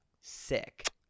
sick